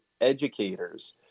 educators